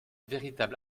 véritable